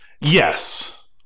Yes